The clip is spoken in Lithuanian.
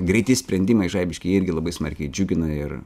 greiti sprendimai žaibiški jie irgi labai smarkiai džiugina ir